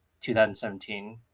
2017